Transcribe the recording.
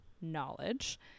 knowledge